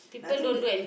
I think their